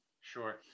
Sure